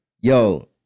yo